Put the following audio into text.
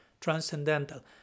transcendental